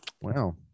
wow